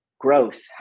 growth